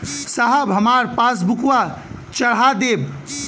साहब हमार पासबुकवा चढ़ा देब?